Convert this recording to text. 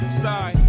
sorry